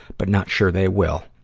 but not sure they will.